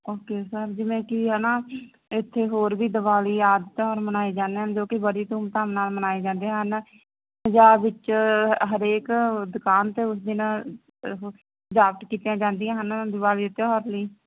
okay sir ਜਿਵੇਂ ਕਿ ਹਨਾ ਇਥੇ ਹੋਰ ਵੀ ਦਿਵਾਲੀ ਆਦਿ ਤਿਉਹਾਰ ਮਨਾਏ ਜਾਂਦੇ ਨੇ ਜੋ ਕਿ ਬੜੀ ਧੂਮਧਾਮ ਨਾਲ ਮਨਾਏ ਜਾਂਦੇ ਹਨ ਪੰਜਾਬ ਵਿੱਚ ਹਰੇਕ ਦੁਕਾਨ ਦੀ ਉਸ ਦਿਨ ਸਜਾਵਟ ਕੀਤੀਆਂ ਹਨ ਦਿਵਾਲੀ ਦੇ ਤਿਉਹਾਰ ਲਈ